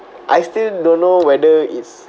I still don't know whether it's